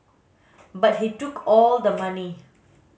but he took all the money